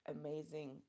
amazing